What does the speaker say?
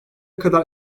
kadar